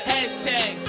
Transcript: Hashtag